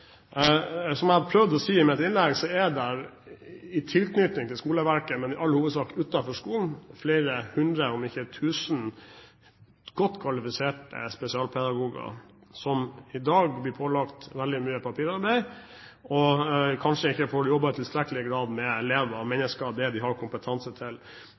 Som jeg prøvde å si i mitt innlegg, er det i tilknytning til skoleverket, men i all hovedsak utenfor skolen, flere hundre – om ikke tusen – godt kvalifiserte spesialpedagoger som i dag blir pålagt veldig mye papirarbeid, og som kanskje ikke får jobbet i tilstrekkelig grad med elever og mennesker, det de har kompetanse til.